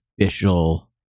official